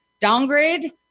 downgrade